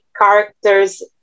characters